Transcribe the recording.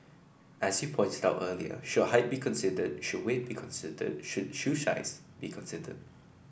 as you pointed out earlier should height be considered should weight be considered should shoe size be considered